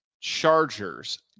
Chargers